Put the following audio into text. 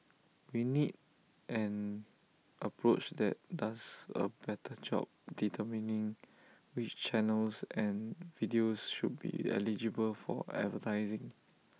we need an approach that does A better job determining which channels and videos should be eligible for advertising